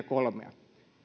kolme